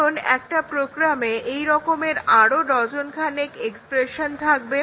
কারন একটা প্রোগ্রামে এই রকমের আরও ডজনখানেক এক্সপ্রেশন থাকবে